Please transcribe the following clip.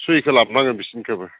सहिखौ लाबोनांगोन बिसिनिखौबो